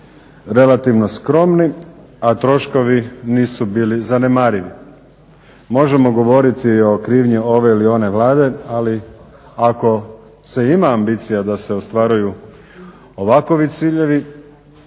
relativno skromni, a troškovi nisu bili zanemarivi. Možemo govoriti i o krivnji ove ili one Vlade, ali ako se ima ambicija da se ostvaruju ovakvi ciljevi